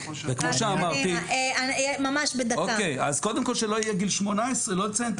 קודם כל שלא יהיה גיל 18. לא לציין את